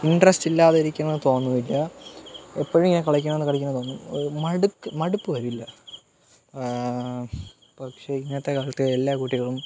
interest ഇല്ലാതെ ഇരിക്കുമ്പോൾ തോന്നുന്നില്ല എപ്പോഴോ ഇങ്ങനെ കളിക്കണം കളിക്കണം എന്ന് തോന്നും മടുപ്പ് മടുപ്പ് വരില്ല പക്ഷെ ഇന്നത്തെ കാലത്ത് എല്ലാ കുട്ടികളും